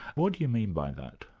what do you mean by that?